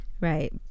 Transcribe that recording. Right